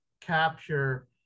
capture